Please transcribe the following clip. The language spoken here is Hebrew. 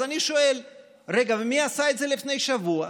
אז אני שואל: רגע, מי עשה את זה לפני שבוע?